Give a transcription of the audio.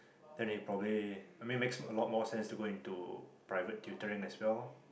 then he probably I mean makes a lot more sense to go into private tutoring as well lor